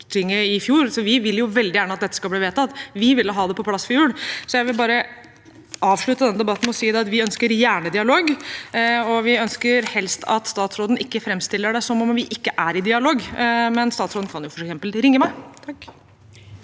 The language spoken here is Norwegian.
i fjor, så vi vil jo veldig gjerne at dette skal bli vedtatt. Vi ville ha det på plass før jul. Så jeg vil bare avslutte debatten med å si at vi gjerne ønsker dialog, og vi ønsker helst at statsråden ikke framstiller det som om vi ikke er i dialog. Statsråden kan f.eks. ringe meg.